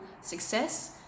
success